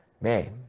Man